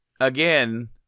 Again